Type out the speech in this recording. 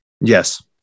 Yes